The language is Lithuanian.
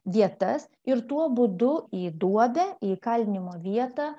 vietas ir tuo būdu į duobę į įkalinimo vietą